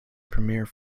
premiere